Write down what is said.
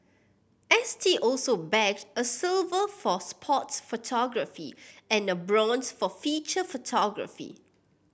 S T also bagged a silver for sports photography and a bronze for feature photography